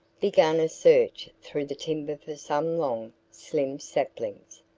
began a search through the timber for some long, slim saplings.